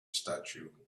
statue